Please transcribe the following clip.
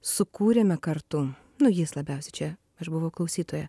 sukūrėme kartu nu jis labiausiai čia aš buvau klausytoja